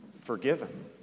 forgiven